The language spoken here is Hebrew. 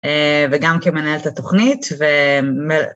וגם כמנהלת התוכנית ומל..